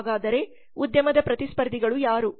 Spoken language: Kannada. ಹಾಗಾದರೆ ಉದ್ಯಮದ ಪ್ರತಿಸ್ಪರ್ಧಿಗಳು ಯಾರು